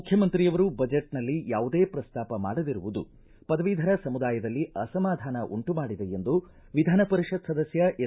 ಮುಖ್ಚಮಂತ್ರಿಯವರು ಬಜೆಟ್ನಲ್ಲಿ ಯಾವುದೇ ಪ್ರಸ್ತಾಪ ಮಾಡದಿರುವುದು ಪದವಿಧರ ಸಮುದಾಯದಲ್ಲಿ ಅಸಮಾಧಾನ ಉಂಟುಮಾಡಿದೆ ಎಂದು ವಿಧಾನ ಪರಿಷತ್ ಸದಸ್ತ ಎಸ್